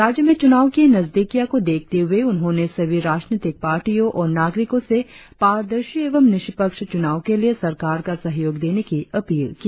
राज्य में च्नाव की नजदीकिया को देखते हुए उन्होंने सभी राजनीतिक पार्टियों और नागरिकों से पारदर्शी एवं निष्पक्ष चुनाव के लिए सरकार का सहयोग देने की अपील की